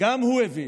גם הוא הבין,